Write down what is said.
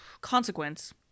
consequence